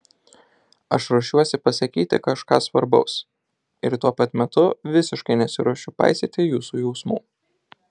aš ruošiuosi pasakyti kažką svarbaus ir tuo pat metu visiškai nesiruošiu paisyti jūsų jausmų